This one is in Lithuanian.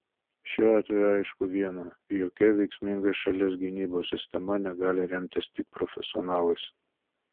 šiuo atveju aišku viena jokia veiksminga šalies gynybos sistema negali remtis tik profesionalais